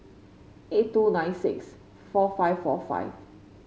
eight two nine six four five four five